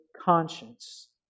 conscience